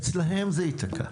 אצלם זה ייתקע.